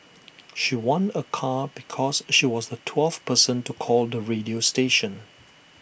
she won A car because she was the twelfth person to call the radio station